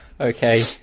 okay